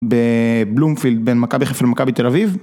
בבלומפילד בין מכבי חיפה למכבי תל אביב.